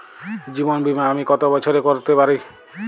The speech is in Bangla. জীবন বীমা আমি কতো বছরের করতে পারি?